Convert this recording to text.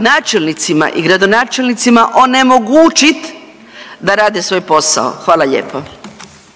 načelnicima i gradonačelnicima onemogućiti da rade svoj posao. Hvala lijepo.